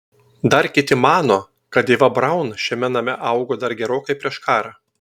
dar kiti mano kad ieva braun šiame name augo dar gerokai prieš karą